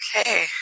Okay